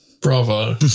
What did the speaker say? Bravo